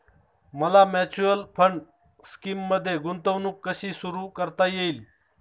मला mutual fund स्कीममध्ये गुंतवणूक कशी सुरू करता येईल?